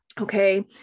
Okay